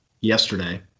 Yesterday